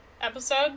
episode